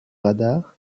radar